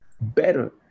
better